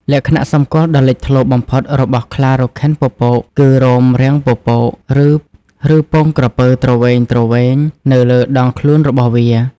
លក្ខណៈសម្គាល់ដ៏លេចធ្លោបំផុតរបស់ខ្លារខិនពពក គឺ រោមរាងពពក ឬពងក្រពើទ្រវែងៗនៅលើដងខ្លួនរបស់វា។